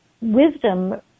wisdom